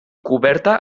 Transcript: coberta